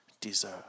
deserve